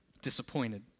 disappointed